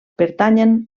pertanyen